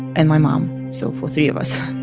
and my mom so for three of us,